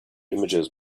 images